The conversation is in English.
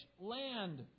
land